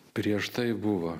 prieš tai buvo